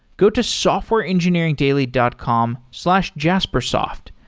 go to softwareengineeringdaily dot com slash jaspersoft.